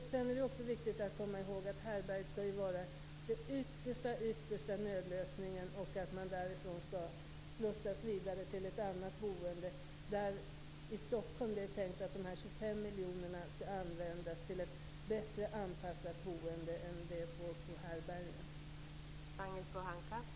Sedan är det också viktigt att komma ihåg att härbärget skall vara den yttersta nödlösningen. Därifrån skall man slussas vidare till ett annat boende. I Stockholm är det tänkt att dessa 25 miljoner skall användas till ett bättre anpassat boende än det på härbärgen.